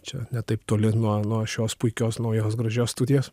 čia ne taip toli nuo nuo šios puikios naujos gražios studijos